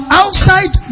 outside